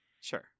Sure